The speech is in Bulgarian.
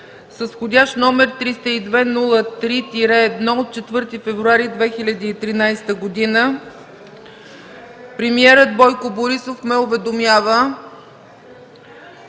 С входящ № 302-03-1 от 4 февруари 2013 г. премиерът Бойко Борисов ме уведомява…